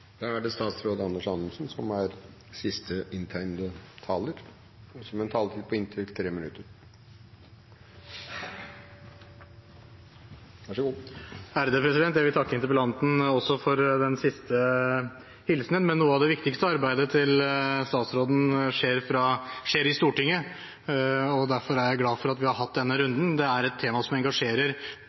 Jeg vil takke interpellanten også for den siste hilsenen, men noe av det viktigste arbeidet til statsråden skjer i Stortinget, og derfor er jeg glad for at vi har hatt denne runden. Det er et tema som engasjerer,